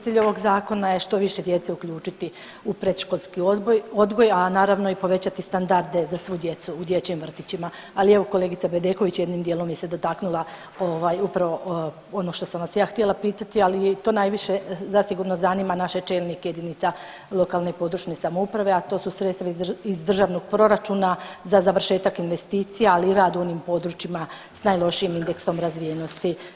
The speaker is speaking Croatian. Cilj ovog zakona je što više djece uključiti u predškolski odgoj, a naravno i povećati standarde za svu djecu u dječjim vrtićima, ali evo kolegica Bedeković jednim dijelom se dotaknula upravo ono što sam vas ja htjela pitati, ali to najviše zasigurno zanima naše čelnike jedinica lokalne i područne samouprave, a to su sredstva iz državnog proračuna za završetak investicija, ali i rad u onim područjima sa najlošijim indeksom razvijenosti.